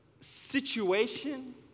situation